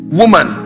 woman